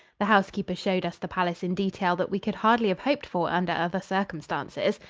the housekeeper showed us the palace in detail that we could hardly have hoped for under other circumstances.